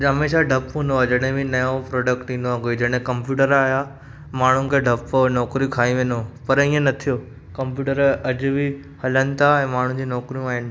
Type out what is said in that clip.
हमेशह डपु हुन्दो आहे जॾहिं बि नयो प्रोडेक्ट ईन्दो आहे जॾहिं कंप्यूटर आया माण्हुनि खे डपु हो नौकिरियूं खाईं वेन्दो परि ईअं न थियो कंप्यूटर अॼु बि हलनि थिया ऐं माण्हुनि जी नौकिरियूं बि आहिनि